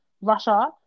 Russia